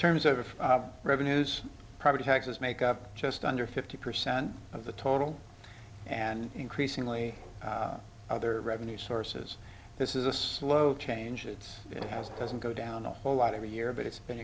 terms of revenues property taxes make up just under fifty percent of the total and increasingly other revenue sources this is a slow change it's it has doesn't go down a whole lot every year but it's been